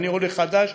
אני עולה חדש,